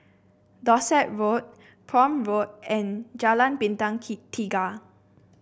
Dorset Road Prome Road and Jalan Bintang Tiga